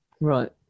Right